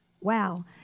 Wow